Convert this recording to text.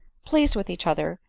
pleased with each other,